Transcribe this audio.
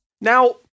Now